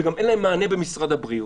וגם אין להם מענה במשרד הבריאות,